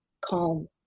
calm